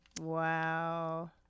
Wow